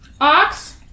ox